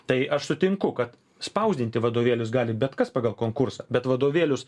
tai aš sutinku kad spausdinti vadovėlius gali bet kas pagal konkursą bet vadovėlius